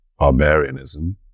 barbarianism